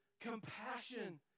compassion